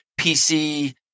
PC